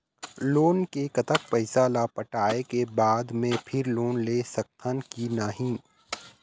Loan के कतक पैसा ला पटाए के बाद मैं फिर लोन ले सकथन कि नहीं?